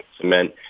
cement